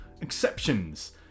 exceptions